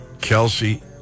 Kelsey